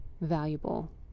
valuable